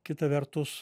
kita vertus